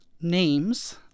names